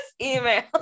email